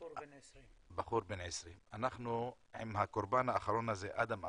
בחור בן 20. עם הקורבן האחרון הזה, אדם אמון,